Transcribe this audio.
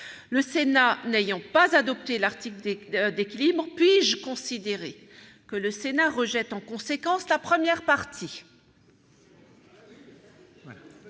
le Sénat n'a pas adopté l'article d'équilibre. Puis-je considérer qu'il rejette en conséquence la première partie